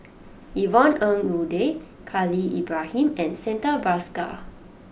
Yvonne Ng Uhde Khalil Ibrahim and Santha Bhaskar